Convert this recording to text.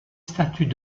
statues